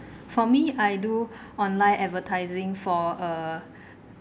for me I do online advertising for a